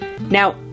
Now